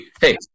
Hey